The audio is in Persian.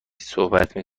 صحبت